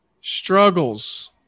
struggles